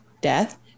death